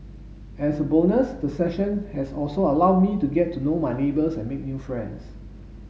as a bonus the sessions has also allowed me to get to know my neighbours and make new friends